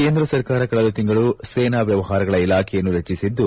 ಕೇಂದ್ರ ಸರ್ಕಾರ ಕಳೆದ ತಿಂಗಳು ಸೇನಾ ವ್ಯವಹಾರಗಳ ಇಲಾಖೆಯನ್ನು ರಚಿಸಿದ್ದು